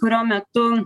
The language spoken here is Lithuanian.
kurio metu